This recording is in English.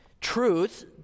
Truth